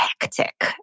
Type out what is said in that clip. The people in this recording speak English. hectic